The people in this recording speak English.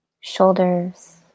shoulders